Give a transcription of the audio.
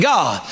God